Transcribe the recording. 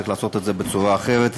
צריך לעשות את זה בצורה אחרת,